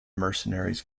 mercenaries